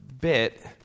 bit